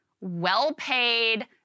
well-paid